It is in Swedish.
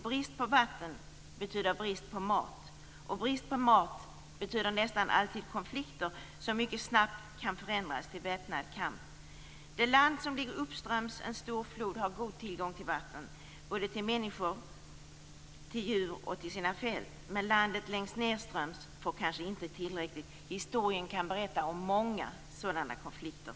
Brist på vatten betyder brist på mat. Brist på mat betyder nästan alltid konflikter som mycket snabbt kan förändras till väpnad kamp. Det land som ligger uppströms en stor flod har god tillgång på vatten till människor, till djur och till sina fält. Men landet som ligger längs nedströms får kanske inte tillräckligt. Historien kan berätta om många sådana konflikter.